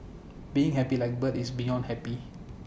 being happy like bird is beyond happy